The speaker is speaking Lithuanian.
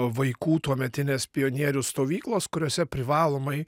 vaikų tuometinės pionierių stovyklos kuriose privalomai